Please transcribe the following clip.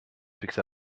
because